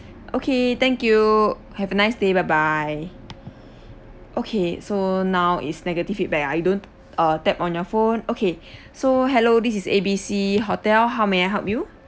okay thank you have a nice day bye bye okay so now is negative feedback ah you don't uh tap on your phone okay so hello this is A B C hotel how may I help you